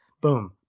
boom